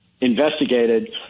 investigated